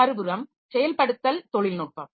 மறுபுறம் செயல்படுத்தல் தொழில்நுட்பம்